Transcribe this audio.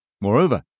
Moreover